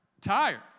Tired